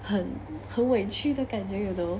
很很委屈的感觉 you know